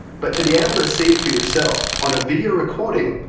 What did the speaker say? but to be able to see it for yourself on a video recording,